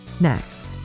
next